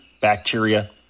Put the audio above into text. bacteria